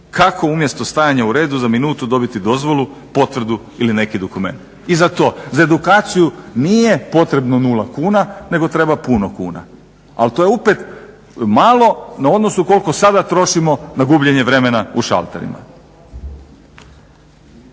kako umjesto stajanja u redu za minutu dobiti dozvolu, potvrdu ili neki dokument. I za to, za edukaciju nije potrebno nula kuna, nego treba puno kuna, ali to je opet malo na odnos koliko sada trošimo na gubljenje vremena u šalterima.